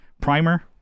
Primer